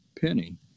Penny